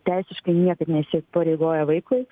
teisiškai niekaip neįsipareigoja vaikui